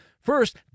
First